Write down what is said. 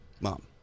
Mom